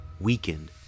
weakened